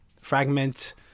Fragment